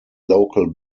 local